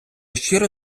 щиро